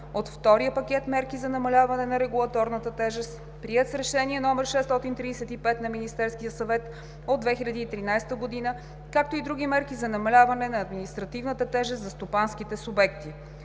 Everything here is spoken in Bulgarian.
от Втория пакет мерки за намаляване на регулаторната тежест, приет с Решение № 635 на Министерския съвет от 2013 г., както и други мерки за намаляване на административната тежест за стопанските субекти.